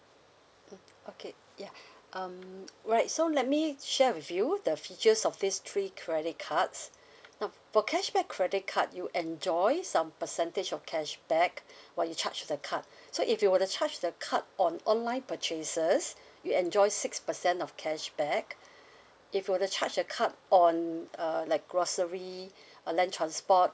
mm okay ya um right so let me share with you the features of these three credit cards now for cashback credit card you enjoy some percentage of cashback when you charge to the card so if you were to charge the card on online purchases you enjoy six percent of cashback if you were to charge the card on err like grocery or land transport